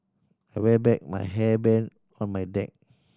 I wear back my hairband on my neck